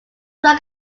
work